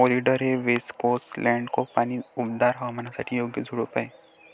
oleander हे west coast landscape आणि उबदार हवामानासाठी योग्य झुडूप आहे